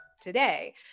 today